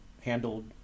handled